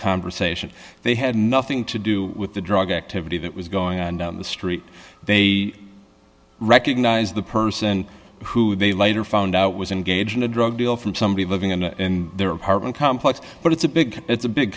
conversation they had nothing to do with the drug activity that was going on down the street they recognize the person who they later found out was engaged in a drug deal from somebody living in their apartment complex but it's a big it's a big